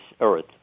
earth